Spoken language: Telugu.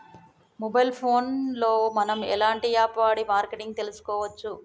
మొబైల్ ఫోన్ లో మనం ఎలాంటి యాప్ వాడి మార్కెటింగ్ తెలుసుకోవచ్చు?